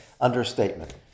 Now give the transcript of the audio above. Understatement